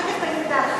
אחר כך תגיד את דעתך.